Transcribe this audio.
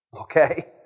Okay